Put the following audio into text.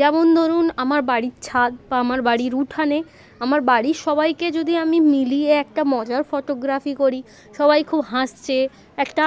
যেমন ধরুন আমার বাড়ির ছাদ বা আমার বাড়ির উঠোনে আমার বাড়ির সবাইকে যদি আমি মিলিয়ে একটা মজার ফটোগ্রাফি করি সবাই খুব হাসছে একটা